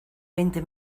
veinte